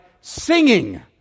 singing